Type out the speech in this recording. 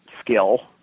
skill